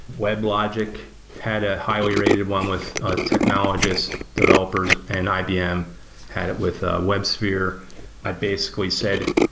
weblogic had a highly rated one with technologists, developers, and ibm had it with ah websphere ah basically said,